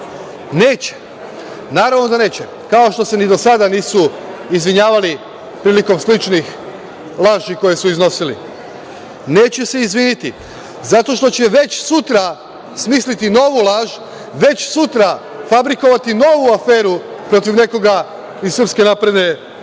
Neće. Naravno da neće, kao što se ni do sada nisu izvinjavali prilikom sličnih laži koje su iznosili. Neće se izviniti zato što će već sutra smisliti novu laž, već sutra fabrikovati novu aferu protiv nekoga iz SNS zato što oni